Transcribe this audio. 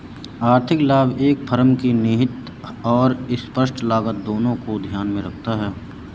आर्थिक लाभ एक फर्म की निहित और स्पष्ट लागत दोनों को ध्यान में रखता है